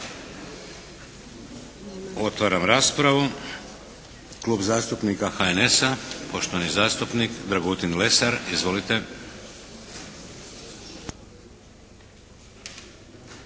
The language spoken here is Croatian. Otvaram raspravu. Klub zastupnika HNS-a, poštovani zastupnik Dragutin Lesar. Izvolite.